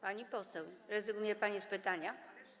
Pani poseł, rezygnuje pani z pytania?